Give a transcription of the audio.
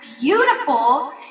beautiful